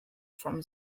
from